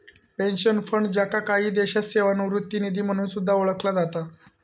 pension fund, ज्याका काही देशांत सेवानिवृत्ती निधी म्हणून सुद्धा ओळखला जाता